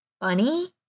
funny